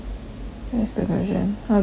that's the question how do you think